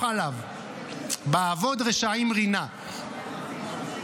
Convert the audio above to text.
עליו נאמר: "בנפול אויבך,